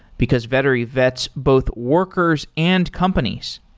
because vettery vets both workers and companies.